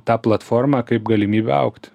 tą platformą kaip galimybę augt